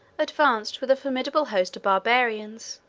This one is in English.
advanced with a formidable host of barbarians,